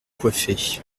coiffer